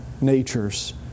natures